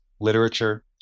literature